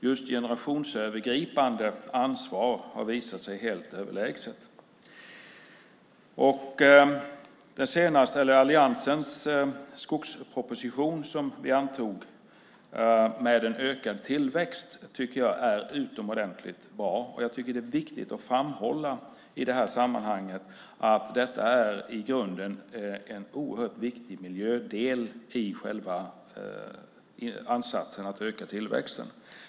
Just generationsövergripande ansvar har visat sig helt överlägset. Vi antog alliansens skogsproposition om en ökad tillväxt. Jag tycker att det är utomordentlig bra. Det är viktigt att framhålla i sammanhanget att det i grunden är en oerhört viktig miljödel i själva ansatsen att öka tillväxten.